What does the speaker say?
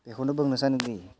बेखौनो बुंनो सानो दि